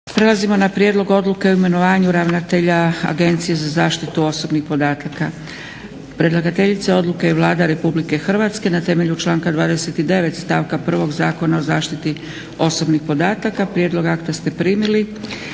Prelazimo na - Prijedlog odluke o imenovanju ravnatelja Agencije za zaštitu osobnih podataka Predlagateljica odluke je Vlada Republike Hrvatske. Na temelju članka 29. stavka prvog Zakona o zaštiti osobnih podataka. Prijedlog akta ste primili.